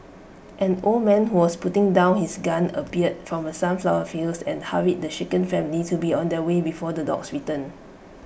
an old man who was putting down his gun appeared from the sunflower fields and hurried the shaken family to be on their way before the dogs return